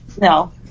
No